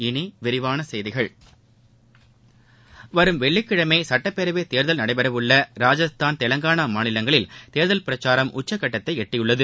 இனி விரிவான செய்திகள் வரும் வெள்ளிக்கிழமை சட்டப் பேரவைத் தேர்தல் நடைபெறவுள்ள ராஜஸ்தான் தெலங்கானா மாநிலங்களில் தேர்தல் பிரச்சாரம் உச்சகட்டத்தை எட்டியுள்ளது